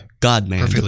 God-man